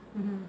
mmhmm